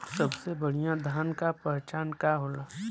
सबसे बढ़ियां धान का पहचान का होला?